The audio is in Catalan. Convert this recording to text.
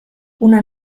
una